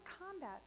combat